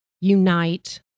unite